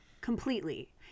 completely